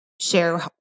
share